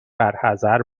برحذر